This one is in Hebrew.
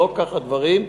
לא כך הדברים,